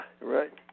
right